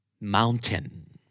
Mountain